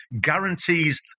guarantees